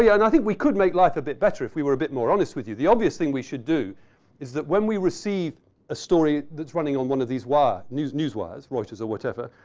yeah and i think we could make life a bit better if we were a bit more honest with you. the obvious thing we should do is that when we receive a story that's running on one of these wires, news news wires, watches or whatever,